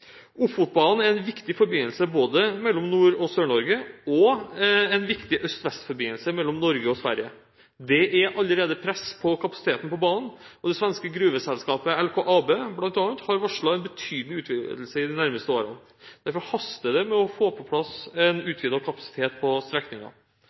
Ofotbanen er en viktig forbindelse mellom Nord- og Sør-Norge og en viktig øst–vest-forbindelse mellom Norge og Sverige. Det er allerede press på kapasiteten på banen, og bl.a. det svenske gruveselskapet LKAB har varslet en betydelig utvidelse i de nærmeste årene. Derfor haster det med å få på plass en